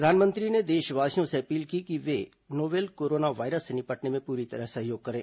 प्रधानमंत्री ने देशवासियों से अपील की है कि वे नोवेल कोरोना वायरस से निपटने में पूरी तरह सहयोग करें